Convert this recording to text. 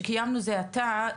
שקיימנו זה עתה,